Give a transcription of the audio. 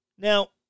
Now